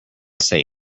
say